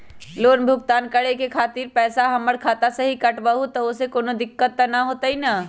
Loan भुगतान करे के खातिर पैसा हमर खाता में से ही काटबहु त ओसे कौनो दिक्कत त न होई न?